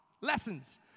lessons